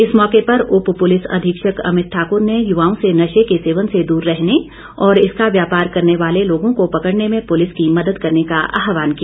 इस मौके पर उप पुलिस अधीक्षक अमित ठाकुर ने युवाओं से नशे के सेवन से दूर रहने और इसका व्यापार करने वाले लोगों को पकड़ने में पुलिस की मदद करने का आहवान किया